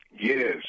Yes